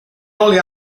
only